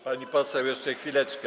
Pani poseł, jeszcze chwileczkę.